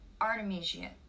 artemisia